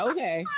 Okay